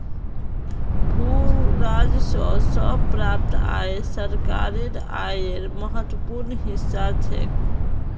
भू राजस्व स प्राप्त आय सरकारेर आयेर महत्वपूर्ण हिस्सा छेक